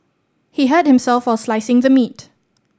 he hurt himself while slicing the meat